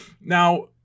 Now